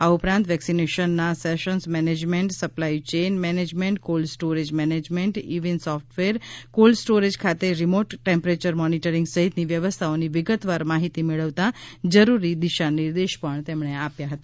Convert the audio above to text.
આ ઉપરાંત વેક્સિનેશનના sessions management supply chain management cold storage management eVIN software cold storage ખાતે રીમોટ ટેમ્પરેચર મોનિટરિંગ સહિતની વ્યવસ્થાઓની વિગતવાર માહિતી મેળવતા જરૂરી દિશાનિર્દેશ આપ્યા હતા